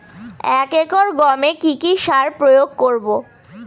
এক একর গমে কি কী সার প্রয়োগ করব?